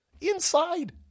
inside